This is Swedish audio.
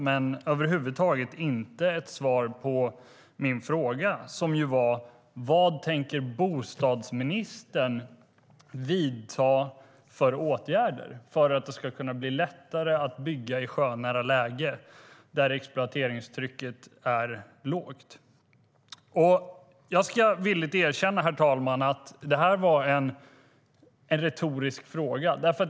Men jag fick över huvud taget inte svar på min fråga om vilka åtgärder bostadsministern tänker vidta för att det ska kunna bli lättare att bygga i sjönära läge där exploateringstrycket är lågt. Jag ska villigt erkänna att det var en retorisk fråga.